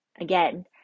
again